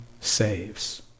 saves